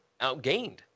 outgained